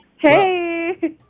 Hey